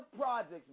projects